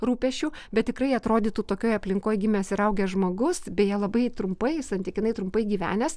rūpesčių bet tikrai atrodytų tokioj aplinkoj gimęs ir augęs žmogus beje labai trumpai santykinai trumpai gyvenęs